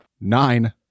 nine